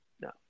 no